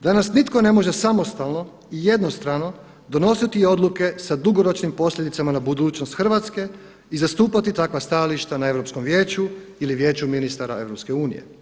Danas nitko ne može samostalno i jednostrano donositi odluke sa dugoročnim posljedicama na budućnost Hrvatske i zastupati takva stajališta na Europskom vijeću ili Vijeću ministara EU.